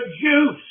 juice